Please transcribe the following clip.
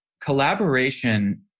collaboration